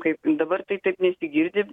kaip dabar tai taip nesigirdi